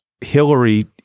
Hillary